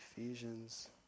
Ephesians